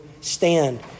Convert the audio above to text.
stand